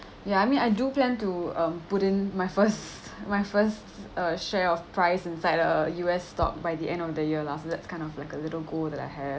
ya I mean I do plan to um put in my first my first uh share of price inside a U_S stock by the end of the year lah so that's kind of like a little goal that I have